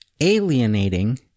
alienating